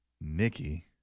Nikki